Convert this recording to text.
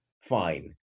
fine